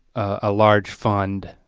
ah large fund.